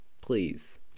Please